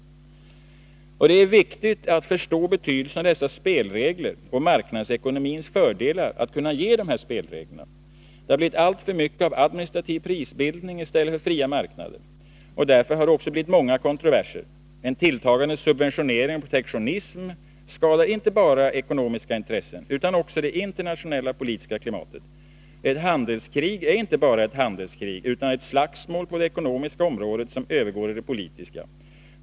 Det är viktigt att förstå betydelsen av dessa spelregler och marknadsekonomins fördelar att kunna ge dessa spelregler. Det har blivit alltför mycket av administrativ prisbildning i stället för fria marknader, och därför har det också blivit många kontroverser. En tilltagande subventionering och protektionism skadar inte bara ekonomiska intressen utan också det internationella politiska klimatet. Ett handelskrig är inte bara ett handelskrig, utan ett slagsmål på det ekonomiska området som övergår i det politiska.